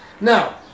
Now